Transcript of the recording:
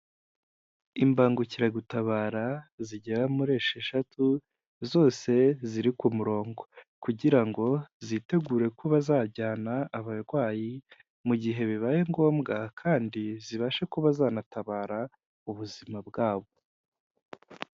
Imbangukiragutabara zigera muri esheshatu zose ziri ku murongo kugira ngo zitegure kuba zajyana abarwayi mu gihe bibaye ngombwa kandi zibashe kuba zanatabara ubuzima bwabo.